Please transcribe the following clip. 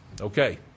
Okay